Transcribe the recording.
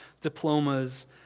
diplomas